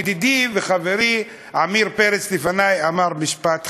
ידידי וחברי עמיר פרץ לפני אמר משפט חכם: